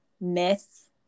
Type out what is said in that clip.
myth